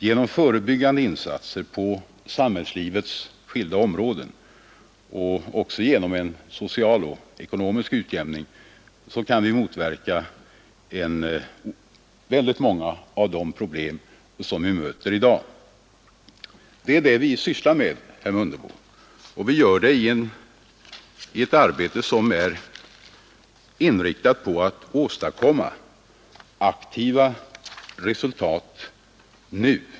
Genom förebyggande insatser på samhällslivets skilda områden och även genom en social och ekonomisk utjämning kan vi motverka väldigt många av de problem vi möter i dag. Det är detta vi sysslar med, herr Mundebo, och vi gör det i ett arbete som är inriktat på att åstadkomma aktiva resultat nu.